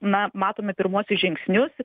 na matome pirmuosius žingsnius